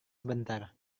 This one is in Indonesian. sebentar